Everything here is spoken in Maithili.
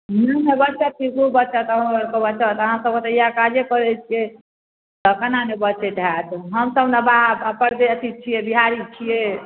बोनिमे बचतै कि जे बचतै आओर नहि किएक बचत अहाँसबके तऽ इएह काजे करै छिए आओर कोना नहि बचैत हैत हमसब ने बाहरके परदेसी छिए बिहारी छिए